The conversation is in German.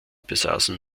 besaßen